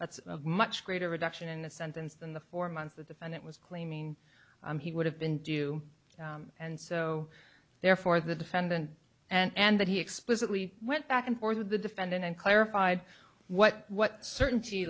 that's of much greater reduction in the sentence than the four months the defendant was claiming he would have been due and so therefore the defendant and that he explicitly went back and forth with the defendant and clarified what what certainty